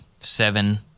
seven